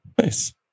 Nice